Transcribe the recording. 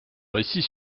récit